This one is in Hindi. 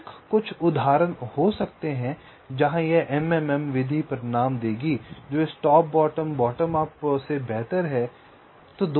बेशक कुछ उदाहरण हो सकते हैं जहां यह MMM विधि परिणाम देगी जो इस टॉप बॉटम बॉटम अप से बेहतर है